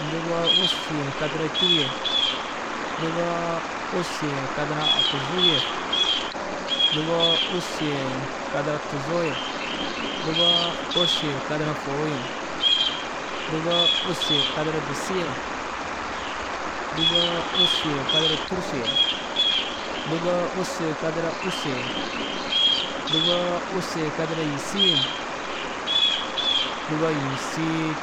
Dûba ussu ye kadara cûu ye, dûba ussu ye kadara aguzuu ye, dûba ussu ye kadara tuzoo ye, dûba ussu ye kadara fôu ye, dûba ussu ye kadara disii ye, dûba ussu ye tûrusu ye, dûba ussu ye kadara ussu ye, dûba ussu ye kadara yîsii ye, dûba yîsii.